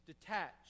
detached